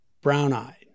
brown-eyed